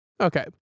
Okay